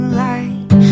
light